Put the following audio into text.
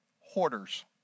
Hoarders